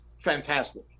fantastic